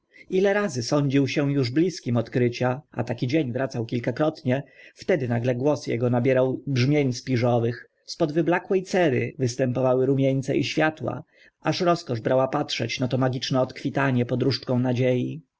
ile razy sądził się uż bliskim odkrycia a taki dzień wracał kilkakrotnie wtedy nagle głos ego nabierał brzmień spiżowych spod wyblakłe cery występowały rumieńce i światła aż rozkosz brała patrzeć na to magiczne odkwitanie pod różdżką nadziei